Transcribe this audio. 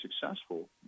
successful